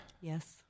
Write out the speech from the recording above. Yes